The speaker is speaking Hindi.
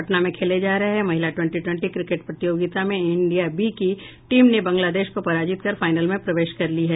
पटना में खेले जा रहे महिला ट्वेंट्ी ट्वेंट्ी क्रिकेट प्रतियोगिता में इंडिया बी की टीम ने बांग्लादेश को पराजित कर फाइनल में प्रवेश कर ली है